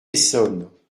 essonnes